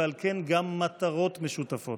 ועל כן גם מטרות משותפות.